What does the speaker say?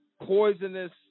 poisonous